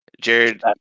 Jared